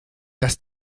dass